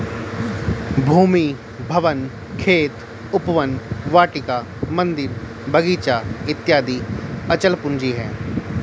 भूमि, भवन, खेत, उपवन, वाटिका, मन्दिर, बगीचा इत्यादि अचल पूंजी है